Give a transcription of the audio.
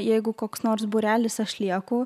jeigu koks nors būrelis aš lieku